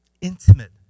intimate